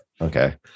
Okay